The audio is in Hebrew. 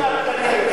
אין לך תקנים.